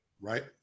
right